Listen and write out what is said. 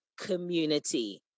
community